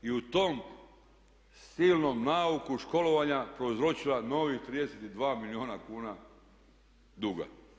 I u tom silnom nauku školovanja prouzročila novih 32 milijuna kuna duga.